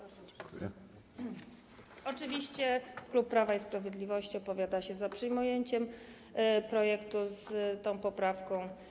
Oczywiście klub Prawo i Sprawiedliwość opowiada się za przyjęciem projektu z tą poprawką.